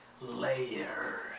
Layer